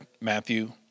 Matthew